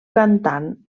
cantant